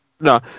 No